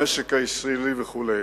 למשק הישראלי וכו'.